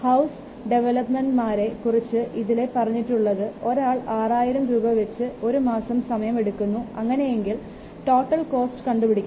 house ഡെവെലപ്പർമാരെ കുറിച്ച് ഇതിൽ പറഞ്ഞിട്ടുള്ളത് ഒരാൾ 6000 രൂപ വെച്ച് ഒരു മാസം സമയം എടുക്കുന്നു അങ്ങനെയെങ്കിൽ ടോട്ടൽ കോസ്റ്റ് കണ്ടുപിടിക്കണം